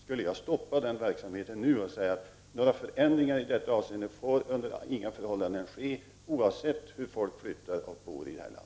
Skulle jag stoppa denna verksamhet nu och säga att några förändringar i detta avseende inte under några förhållanden får ske, oavsett hur folk flyttar och bor i det här landet?